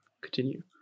continue